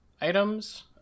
items